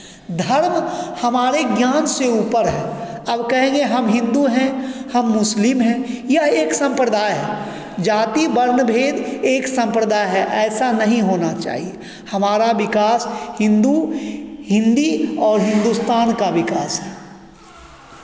धर्म हमारे ज्ञान से ऊपर है अब कहेंगे हम हिन्दू हैं हम मुस्लिम हैं या एक संप्रदाय हैं जाति वर्ण भेद एक सम्प्रदाय है ऐसा नहीं होना चाहिए हमारा विकास हिन्दू हिन्दी और हिंदुस्तान का विकास है